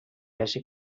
hagi